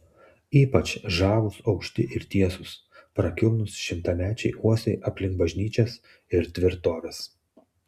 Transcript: ypač žavūs aukšti ir tiesūs prakilnūs šimtamečiai uosiai aplink bažnyčias ir tvirtoves